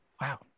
Wow